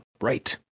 right